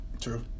True